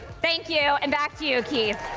thank you, and back to you, keith.